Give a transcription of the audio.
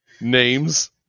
Names